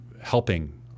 helping